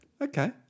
okay